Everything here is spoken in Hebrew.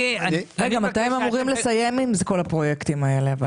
מתי הם אמורים לסיים עם כל הפרויקטים האלה?